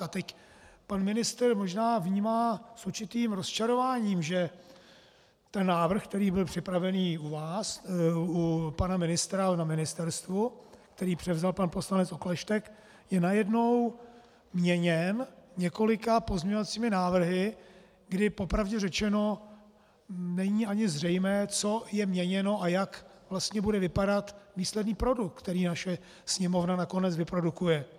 A teď pan ministr možná vnímá s určitým rozčarováním, že ten návrh, který byl připravený u pana ministra na ministerstvu, který převzal pan poslanec Okleštěk, je najednou měněn několika pozměňovacími návrhy, kdy po pravdě řečeno není ani zřejmé, co je měněno a jak vlastně bude vypadat výsledný produkt, který naše Sněmovna nakonec vyprodukuje.